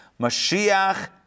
Mashiach